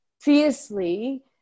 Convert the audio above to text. fiercely